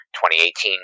2018